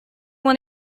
want